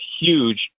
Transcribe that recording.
huge